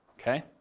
okay